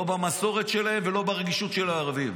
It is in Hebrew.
לא במסורת שלהם ולא ברגישות של הערבים,